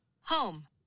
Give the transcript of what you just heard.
home